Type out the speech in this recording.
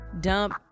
dump